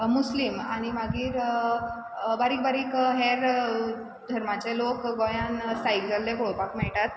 मुस्लीम आनी मागीर बारीक बारीक हेर धर्माचे लोक गोंयान स्थायीक जाल्ले पळोपाक मेयटात